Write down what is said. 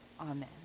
Amen